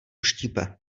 štípe